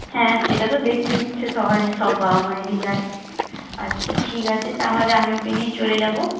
হ্যাঁ সেটা তো দেখতে ইচ্ছে সবারই সব বাবা মায়েরই যায় আচ্ছা ঠিক আছে তাহলে আমি ওকে নিয়ে চলে যাব